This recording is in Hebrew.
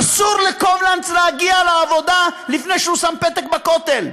אסור לקובלנץ להגיע לעבודה לפני שהוא שם פתק בכותל.